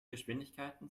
geschwindigkeiten